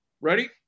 Ready